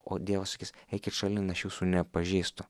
o dievas sakys eikit šalin aš jūsų nepažįstu